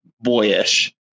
boyish